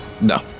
No